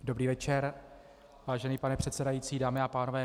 Dobrý večer, vážený pane předsedající, dámy a pánové.